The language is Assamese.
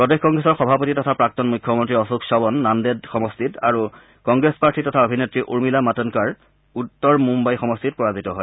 প্ৰদেশ কংগ্ৰেছৰ সভাপতি তথা প্ৰাক্তন মুখ্যমন্ত্ৰী অশোক চৱন নান্দেদ সমষ্টিত আৰু কংগ্ৰেছ প্ৰাৰ্থী তথা অভিনেত্ৰী উৰ্মিলা মাতণ্ডকাৰ উত্তৰ মুন্নাই সমষ্টিত পৰাজিত হয়